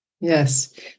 Yes